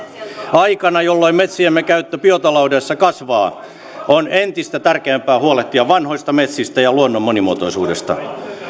aikana jolloin metsiemme käyttö biotaloudessa kasvaa on entistä tärkeämpää huolehtia vanhoista metsistä ja luonnon monimuotoisuudesta